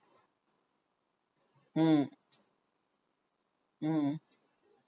mm mm